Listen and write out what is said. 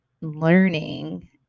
learning